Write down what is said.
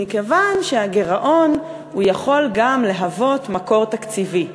מכיוון שהגירעון יכול גם להוות מקור תקציבי.